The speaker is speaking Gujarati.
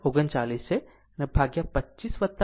39 છે ભાગ્યા 25 5